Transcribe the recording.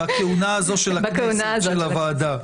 בכהונה הזו של הכנסת, של הוועדה.